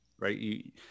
Right